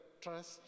trust